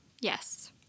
Yes